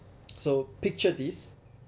so picture this